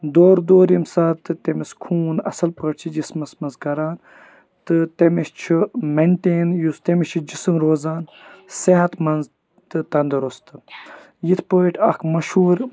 دورٕ دورٕ ییٚمہِ ساتہٕ تہٕ تٔمِس خوٗن اصٕل پٲٹھۍ چھُ جِسمَس منٛز کران تہٕ تٔمِس چھُ میٚنٹین یُس تٔمِس چھُ جِسم روزان صحت منٛد تہٕ تنٛدرست یِتھ پٲٹھۍ اکھ مشہوٗر